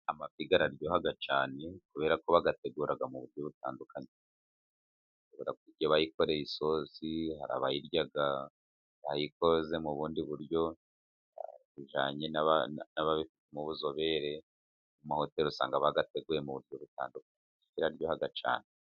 Amafi araryoha cyane kubera ko bayategura mu buryo butandukanye bayakoreye isosi, abayarya bayikoze mu bundi buryo bijyananye n'ubuzobere mu mahoteli usanga baba bayateguye mu buryo butandukanye amafi araryoha cyane.